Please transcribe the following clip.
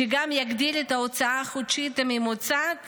מה שיגדיל את ההוצאה החודשית הממוצעת